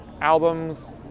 albums